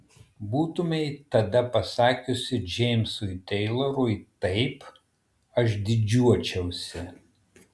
būtumei tada pasakiusi džeimsui teilorui taip aš didžiuočiausi